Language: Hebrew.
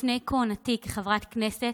לפני כהונתי כחברת כנסת,